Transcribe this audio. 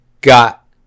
got